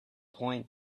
point